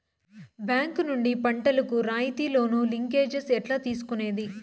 Bank నుండి పంటలు కు రాయితీ లోను, లింకేజస్ ఎట్లా తీసుకొనేది?